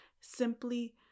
simply